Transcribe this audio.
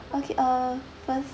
okay uh first